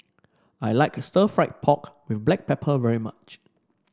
I like stir fry pork with Black Pepper very much